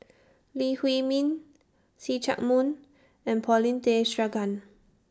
Lee Huei Min See Chak Mun and Paulin Tay Straughan